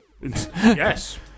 Yes